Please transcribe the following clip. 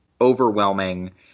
overwhelming